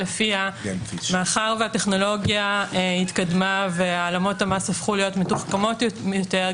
לפיה מאחר והטכנולוגיה התקדמה והעלמות המס הפכו להיות מתוחכמות יותר,